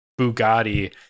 bugatti